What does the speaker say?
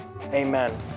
amen